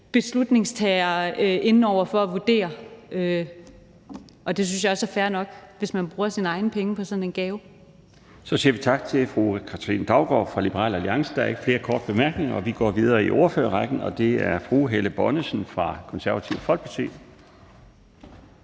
beslutningstagere inde over at vurdere, og det synes jeg også er fair nok, hvis man bruger sine egne penge på sådan en gave. Kl. 13:22 Den fg. formand (Bjarne Laustsen): Så siger vi tak til fru Katrine Daugaard fra Liberal Alliance. Der er ikke flere korte bemærkninger. Og vi går videre i ordførerrækken, og det er til fru Helle Bonnesen fra Det Konservative Folkeparti.